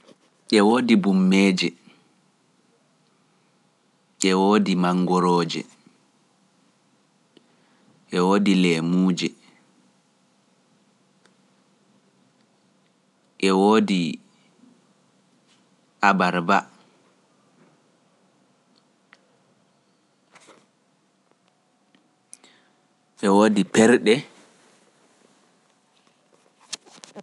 e woodi ɓummeeje, e woodi manngorooje, e woodi leemuuje, e woodi abarba, e woodi perɗe.